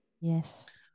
Yes